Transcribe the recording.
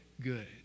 good